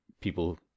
people